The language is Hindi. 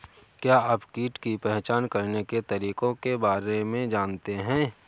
क्या आप कीट की पहचान करने के तरीकों के बारे में जानते हैं?